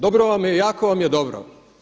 Dobro vam je, jako vam je dobro!